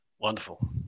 Wonderful